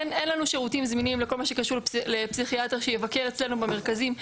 אין לנו שירותים זמינים לכל מה שקשור לפסיכיאטר שיבקר אצלנו במרכזים.